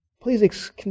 please